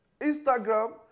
Instagram